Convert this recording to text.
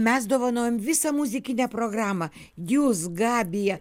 mes dovanojam visą muzikinę programą jūs gabija